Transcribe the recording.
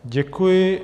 Děkuji.